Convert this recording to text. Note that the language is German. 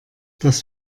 das